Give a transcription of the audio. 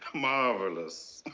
marvelous!